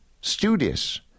studious